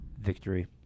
Victory